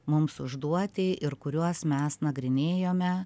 mums užduoti ir kuriuos mes nagrinėjome